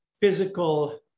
physical